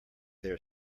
their